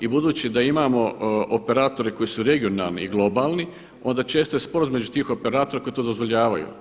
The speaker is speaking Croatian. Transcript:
I budući da imamo operatore koji su regionalni i globalni onda često je sporazum između tih operatora koji to dozvoljavaju.